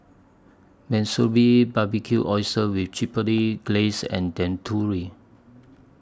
Monsunabe Barbecued Oysters with Chipotle Glaze and Dangojiru